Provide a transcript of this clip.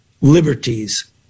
liberties